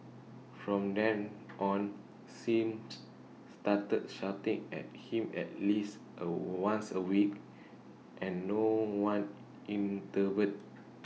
from then on Sim started shouting at him at least A once A week and no one intervened